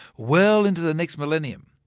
well into the next millennium,